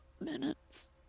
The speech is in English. Minutes